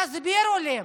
תסבירו לי.